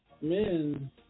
men